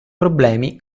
problemi